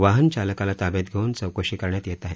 वाहनचालकाला ताब्यात घेऊन चौकशी करण्यात येत आहे